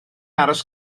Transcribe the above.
aros